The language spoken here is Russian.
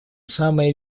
самое